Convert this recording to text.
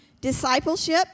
discipleship